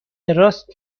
راست